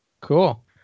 Cool